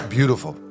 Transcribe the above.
Beautiful